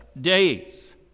days